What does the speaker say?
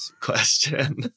question